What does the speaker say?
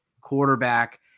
quarterback